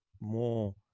more